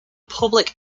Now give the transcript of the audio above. public